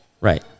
right